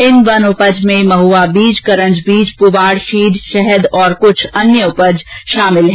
इन वनोपज में महुवा बीज करंज बीज पुवाड शीड शहद और कृछ अन्य उपज शामिल हैं